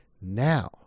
now